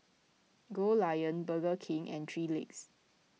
Goldlion Burger King and three Legs